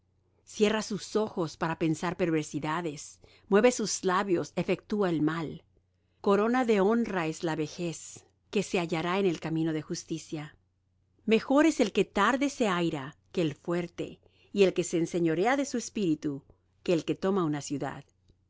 cierra sus ojos para pensar perversidades mueve sus labios efectúa el mal corona de honra es la vejez que se hallará en el camino de justicia mejor es el que tarde se aira que el fuerte y el que se enseñorea de su espíritu que el que toma una ciudad